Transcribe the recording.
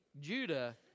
Judah